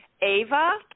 Ava